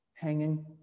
hanging